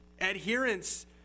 adherence